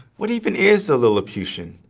what even is a lilliputian?